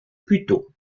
puteaux